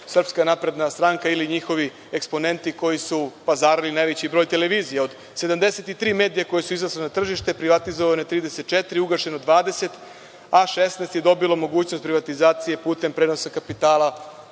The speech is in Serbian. i tu najviše SNS ili njihovi eksponenti koji su pazarili najveći broj televizija. Od 73 medija koji su izašli na tržište privatizovano je 34, ugašeno 20, a 16 je dobilo mogućnost privatizacije putem prenosa kapitala